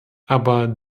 aber